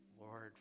Lord